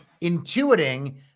intuiting